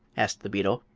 asked the beetle,